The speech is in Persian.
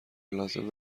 لازم